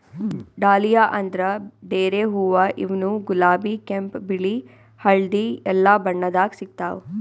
dahlia ಅಂದ್ರ ಡೇರೆ ಹೂವಾ ಇವ್ನು ಗುಲಾಬಿ ಕೆಂಪ್ ಬಿಳಿ ಹಳ್ದಿ ಎಲ್ಲಾ ಬಣ್ಣದಾಗ್ ಸಿಗ್ತಾವ್